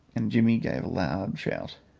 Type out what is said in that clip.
and jimmy gave a loud shout.